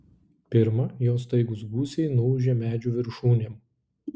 pirma jo staigūs gūsiai nuūžė medžių viršūnėm